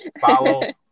follow